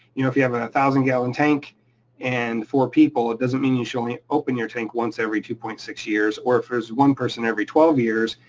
you know if you have and a one thousand gallon tank and four people, it doesn't mean you should only open your tank once every two point six years, or if there's one person, every twelve years.